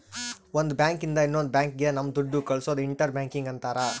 ಒಂದ್ ಬ್ಯಾಂಕ್ ಇಂದ ಇನ್ನೊಂದ್ ಬ್ಯಾಂಕ್ ಗೆ ನಮ್ ದುಡ್ಡು ಕಳ್ಸೋದು ಇಂಟರ್ ಬ್ಯಾಂಕಿಂಗ್ ಅಂತಾರ